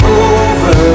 over